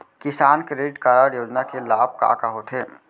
किसान credit card योजना के लाभ का का होथे?